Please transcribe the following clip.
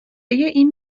این